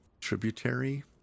tributary